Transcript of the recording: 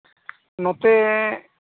ᱱᱚᱛᱮ